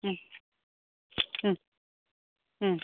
ಹ್ಞೂ ಹ್ಞೂ ಹ್ಞೂ